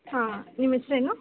ಹಾಂ ನಿಮ್ಮ ಹೆಸ್ರ್ ಏನು